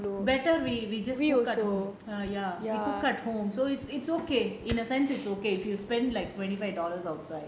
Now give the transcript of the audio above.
better we we just cook at home err ya we cook at home so it's okay in a sense it's okay if you spend like twenty five dollars outside